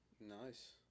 Nice